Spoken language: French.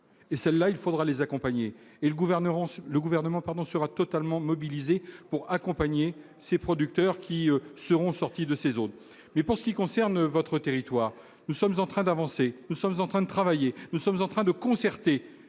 et celle-là, il faudra les accompagner et le gouvernement, c'est le gouvernement pardon sera totalement mobilisés pour accompagner ces producteurs qui seront sortis de ces zones, mais pour ce qui concerne votre territoire, nous sommes en train d'avancer, nous sommes en train de travailler, nous sommes en train de concerter